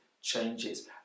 changes